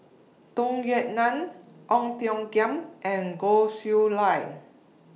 Tung Yue Nang Ong Tiong Khiam and Goh Chiew Lye